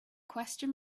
question